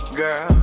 girl